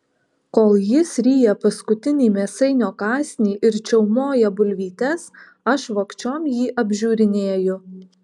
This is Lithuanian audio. kol jis ryja paskutinį mėsainio kąsnį ir čiaumoja bulvytes aš vogčiom jį apžiūrinėju